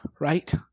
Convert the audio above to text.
right